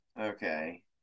Okay